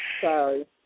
Sorry